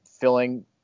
filling